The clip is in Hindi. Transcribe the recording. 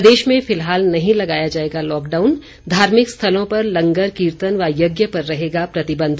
प्रदेश में फिलहाल नहीं लगाया जाएगा लॉकडाउन धार्मिक स्थलों पर लंगर कीर्तन व यज्ञ पर रहेगा प्रतिबंध